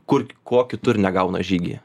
kur ko kitur negauna žygy